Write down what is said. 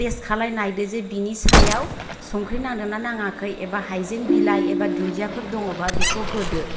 test खालायनायदो जे बेनि सायाव संख्रि नांदों ना नाङाखै एबा हाइजें बिलाइ एबा दुनजियाफोर दङबा बिखौ होदो